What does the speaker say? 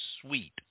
sweet